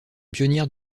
pionnière